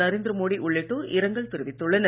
நரேந்திர மோடி உள்ளிட்டோர் இரங்கல் தெரிவித்துள்ளனர்